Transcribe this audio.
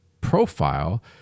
profile